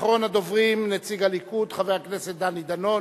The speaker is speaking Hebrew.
אחרון הדוברים, נציג הליכוד, חבר הכנסת דני דנון.